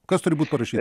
kas turi būt parašyta